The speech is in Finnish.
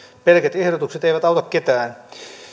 pelkät ehdotukset eivät auta ketään